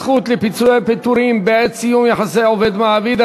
הזכות לפיצויי פיטורים בעת סיום יחסי עובד ומעביד),